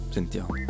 Sentiamo